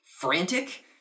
frantic